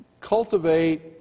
cultivate